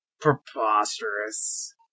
Preposterous